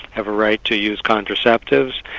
have a right to use contraceptives,